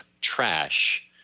trash